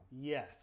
Yes